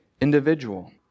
individual